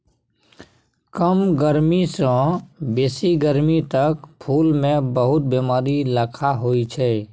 कम गरमी सँ बेसी गरमी तक फुल मे बहुत बेमारी लखा होइ छै